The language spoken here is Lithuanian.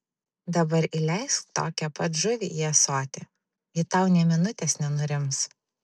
dabar įleisk tokią pat žuvį į ąsotį ji tau nė minutės nenurims